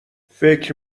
فکر